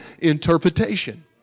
interpretation